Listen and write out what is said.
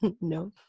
No